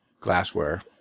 glassware